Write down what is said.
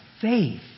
faith